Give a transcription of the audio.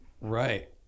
Right